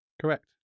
correct